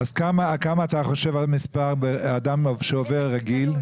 אז מה המספר לאדם שעובר רגיל?